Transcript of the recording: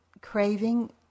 craving